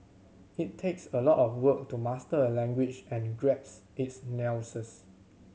it takes a lot of work to master a language and grasp its nuances